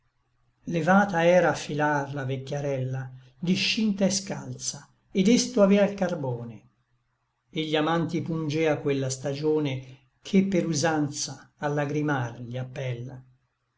levata era a filar la vecchiarella discinta et scalza et desto avea l carbone et gli amanti pungea quella stagione che per usanza a lagrimar gli appella